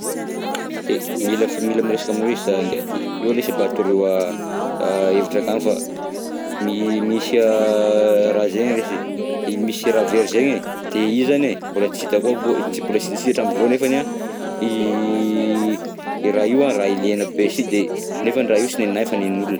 E mila f- miresaka aminao mi za ngahy ty, eo lesy mba toroy hevitra akagny fa mi- misy raha zegny lesy e, i misy raha very zegny e, ke i zegny e mbola tsy hitako ao, mbola tsy hita hatram'izao nefany an i i raha io an, raha ilegna be si de, nefa raha io sy nenahy fa nen'olona.